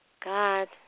God